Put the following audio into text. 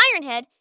Ironhead